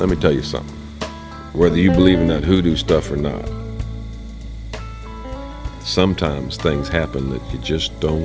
let me tell you something whether you believe in that hoodoo stuff or no sometimes things happen that you just don't